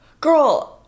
Girl